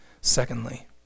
Secondly